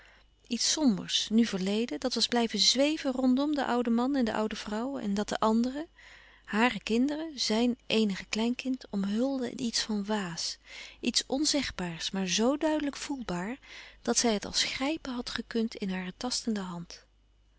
iets sombers nu verleden dat was blijven zweven rondom den ouden man en de oude vrouw en dat de anderen hàre kinderen zjn eenige kleinkind omhulde in iets van waas iets onzegbaars maar zo duidelijk voelbaar dat zij het als grijpen had gekund in hare tastende hand